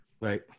Right